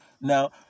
Now